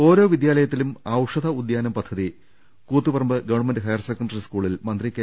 ഓരോ വിദ്യാലയത്തിലും ഔഷധ ഉദ്യാനം പദ്ധതി Koothuparamba government higher secondary സ്കൂളിൽ മന്ത്രി കെ